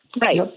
Right